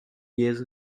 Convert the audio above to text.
years